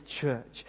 church